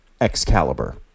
Excalibur